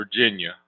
Virginia